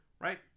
right